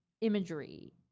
imagery